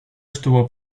estuvo